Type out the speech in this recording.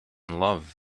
love